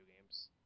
games